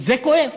זה כואב.